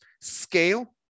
scale